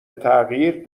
تغییر